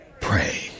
pray